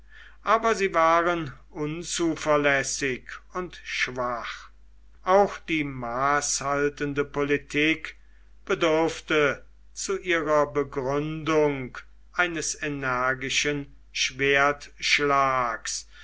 aber sie waren unzuverlässig und schwach auch die maßhaltende politik bedurfte zu ihrer begründung eines energischen